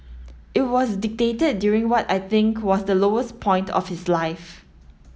it was dictated during what I think was the lowest point of his life